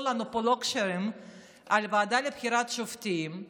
לנו פה לוקשים על ועדה לבחירת שופטים,